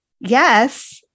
yes